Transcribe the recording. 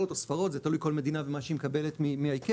וספרות זה תלוי כל מדינה מה שהיא מקבלת מה-ICAO,